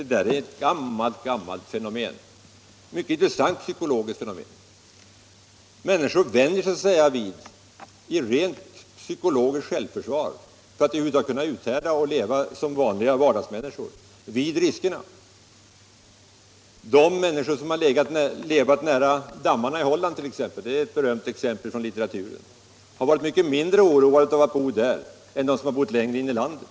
Det är ett gammalt och mycket intressant psykologiskt fenomen. Människor vänjer sig vid riskerna i rent psykologiskt självförsvar, för att över huvud taget kunna uthärda som vanliga vardagsmänniskor. Ett berömt exempel i litteraturen är att de människor i Holland som levt nära dammarna har varit mycket mindre oroade än de som bott längre in i landet.